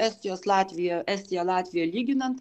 estijos latvija estiją latviją lyginant